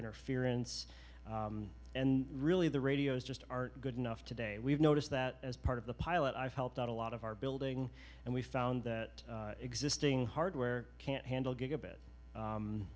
interference and really the radios just aren't good enough today we've noticed that as part of the pilot i've helped out a lot of our building and we found that existing hardware can't handle gigabit